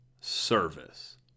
service